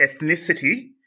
ethnicity